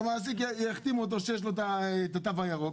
המעסיק יחתים אותו שיש לו את התו הירוק,